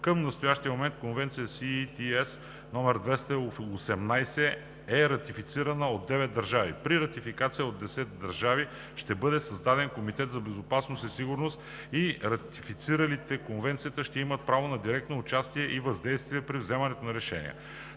Към настоящия момент Конвенция CETS № 218 е ратифицирана от 9 държави. При ратификация от 10 държави ще бъде създаден комитет за безопасност и сигурност и ратифициралите Конвенцията ще имат право на директно участие и въздействие при вземането на решения.